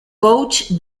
coach